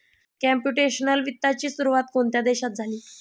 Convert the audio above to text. Computational वित्ताची सुरुवात कोणत्या देशात झाली?